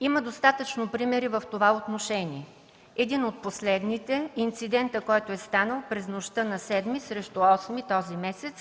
Има достатъчно примери в това отношение. Един от последните – инцидентът, който е станал през нощта на 7 срещу 8 този месец